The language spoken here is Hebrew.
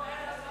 אני לא אעצור